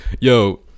Yo